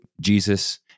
Jesus